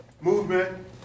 movement